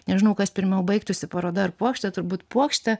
nežinau kas pirmiau baigtųsi paroda ar puokštė turbūt puokštė